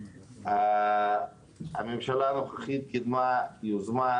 הממשלה הנוכחית קדמה יוזמה